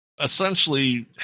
essentially